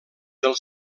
del